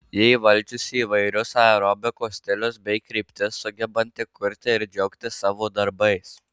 ji įvaldžiusi įvairius aerobikos stilius bei kryptis sugebanti kurti ir džiaugtis savo darbais